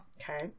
Okay